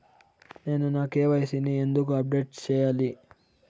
నేను నా కె.వై.సి ని ఎందుకు అప్డేట్ చెయ్యాలి?